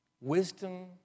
Wisdom